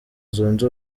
zunze